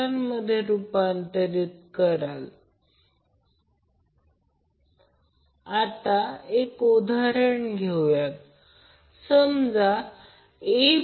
phase आणि line currents गणना करा Z ∆ हा 8 j 4 दिलेला आहे म्हणजे 8